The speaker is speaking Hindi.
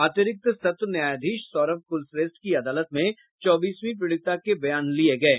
अतिरिक्त सत्र न्यायाधीश सौरभ कुलश्रेष्ठ की अदालत में चौबीसवीं पीड़िता के बयान लिये गये